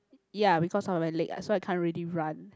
ya because of my leg so I can't really run